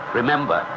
Remember